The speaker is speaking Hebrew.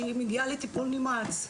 שהיא מגיעה לטיפול נמרץ,